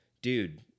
Dude